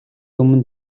өмнө